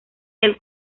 del